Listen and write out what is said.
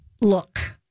look